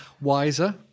wiser